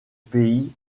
pays